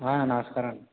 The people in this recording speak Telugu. నమస్కారం అండి